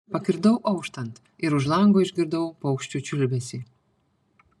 pakirdau auštant ir už lango išgirdau paukščių čiulbesį